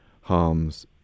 harms